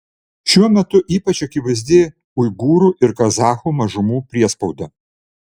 šiuo metu ypač akivaizdi uigūrų ir kazachų mažumų priespauda